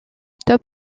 top